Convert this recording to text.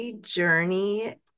journey